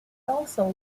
also